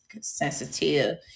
sensitive